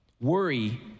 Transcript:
Worry